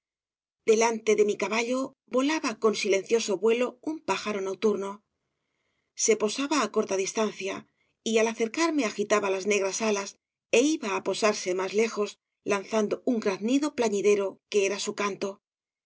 delante de mi caballo volaba con silencioso vuelo un pájaro nocturno se posaba á corta distancia y al acercarme agitaba las negras alas é iba á posarse más lejos lanzando un graznido plañidero que era su canto